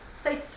Say